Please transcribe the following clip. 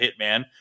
hitman